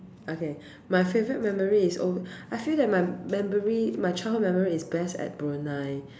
okay my favorite memory is oh I feel that my memory my childhood memory is best at Brunei